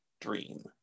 dream